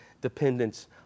dependence